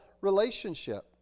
relationship